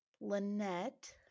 Lynette